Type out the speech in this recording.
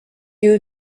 you